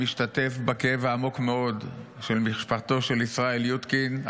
אני משתתף בכאב העמוק מאוד של משפחתו של ישראל יודקין,